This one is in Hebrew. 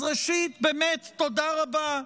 אז ראשית, באמת תודה רבה.